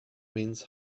means